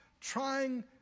trying